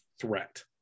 threat